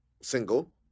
single